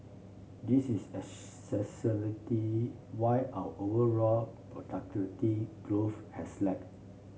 this is why our overall productivity growth has lag